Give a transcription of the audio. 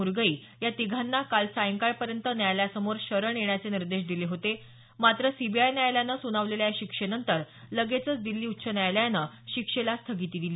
मुर्गई या तिघांना काल सायंकाळपर्यंत न्यायालयासमोर शरण येण्याचे निर्देश दिले होते मात्र सीबीआय न्यायालयानं सुनावलेल्या या शिक्षेनंतर लगेचच दिल्ली उच्च न्यायालयान शिक्षेला स्थगिती दिली